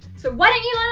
so why don't you